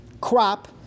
crop